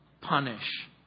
punish